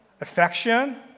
affection